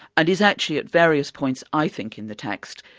and is actually at various points i think in the text,